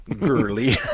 girly